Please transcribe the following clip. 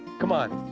come on,